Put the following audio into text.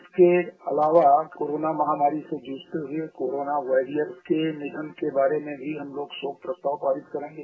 इसके अलावा कोरोना महामारी से जज्ञते हुए कोरोना वैरियर्स को निधन के बारे में भी हम लोग शोक प्रस्ताव पारित करेंगे